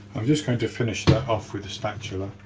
i'm just going to finish that off with a spatula.